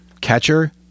catcher